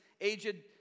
aged